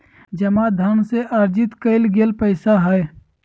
जमा धन से अर्जित कइल गेल पैसा हइ